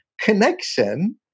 connection